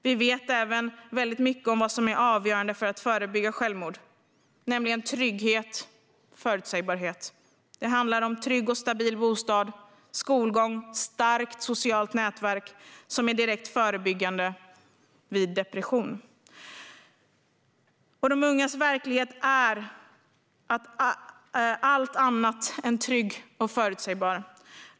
Vi vet även väldigt mycket om vad som är avgörande för att förebygga självmord, nämligen trygghet och förutsägbarhet. En trygg och stabil bostad, skolgång och ett starkt socialt nätverk är direkt förebyggande vad gäller depression. Men de ungas verklighet är allt annat än trygg och förutsägbar.